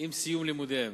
עם סיום לימודיהם.